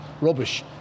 Rubbish